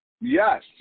Yes